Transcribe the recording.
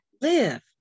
live